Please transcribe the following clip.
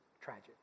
tragic